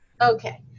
Okay